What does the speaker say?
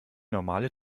normale